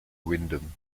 windham